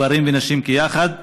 גברים ונשים כאחד,